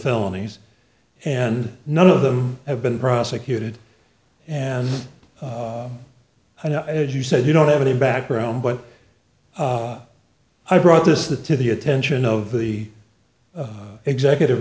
felonies and none of them have been prosecuted and i know as you said you don't have any background but i brought this to to the attention of the executive